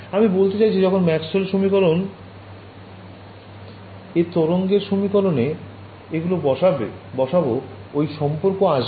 আমি বলতে চাইছি যখন ম্যাক্সওয়েলের সমীকরণ এ তরঙ্গের সমীকরণে এগুলো বসাবো ঐ সম্পর্ক আসবে